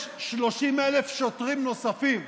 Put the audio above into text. יש 30,000 שוטרים נוספים,